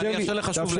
תאפשר ואני אאפשר לך שוב,